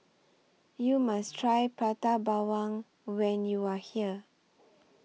YOU must Try Prata Bawang when YOU Are here